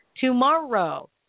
tomorrow